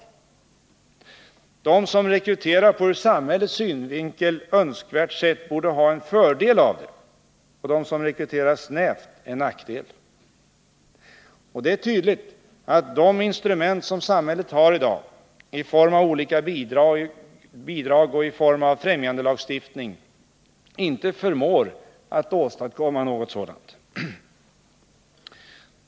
De som rekryterar på ett ur samhällets synvinkel önskvärt sätt borde ha en fördel av det, och de som rekryterar snävt borde ha en nackdel. Det är tydligt att de instrument som samhället hari dag i form av olika bidrag och i form av främjandelagstiftning inte förmår åstadkomma något sådant.